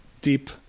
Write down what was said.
deep